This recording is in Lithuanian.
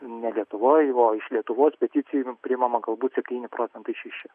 ne lietuvoj o iš lietuvos peticijų priimama galbūt septyni procentai šeši